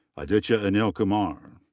aditya anilkumar.